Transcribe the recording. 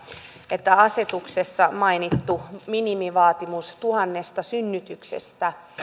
että asetuksessa mainitussa minimivaatimuksessa tuhannesta synnytyksestä